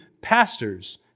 pastors